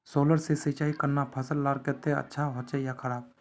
Solar से सिंचाई करना फसल लार केते अच्छा होचे या खराब?